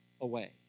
away